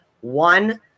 One